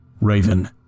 Raven